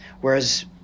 Whereas